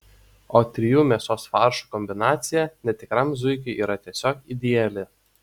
o trijų mėsos faršų kombinacija netikram zuikiui yra tiesiog ideali